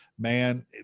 man